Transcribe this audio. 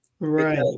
Right